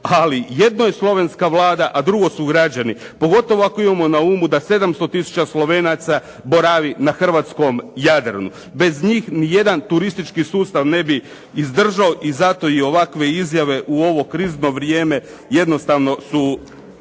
ali jedno je slovenska vlada a drugo su građani. Pogotovo ako imamo na umu da 700 tisuća Slovenaca boravi na hrvatskom Jadranu. Bez njih niti jedan turistički sustav ne bi izdržao i zato i ovakve izjave u ovo krizno vrijeme jednostavno su